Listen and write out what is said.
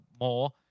more